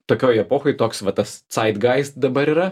tokioj epochoj toks va tas caidgaist dabar yra